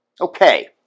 Okay